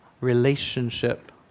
relationship